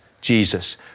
Jesus